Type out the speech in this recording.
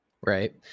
Right